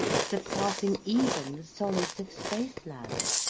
sur passing even the solids of spaceland.